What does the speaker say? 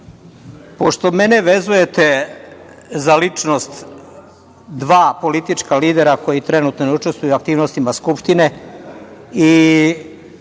Pošto mene vezujete za ličnost dva politička lidera koji trenutno ne učestvuju u aktivnostima Skupštine i